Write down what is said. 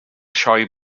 sioe